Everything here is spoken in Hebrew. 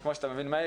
כמו שאתה מבין מאיר,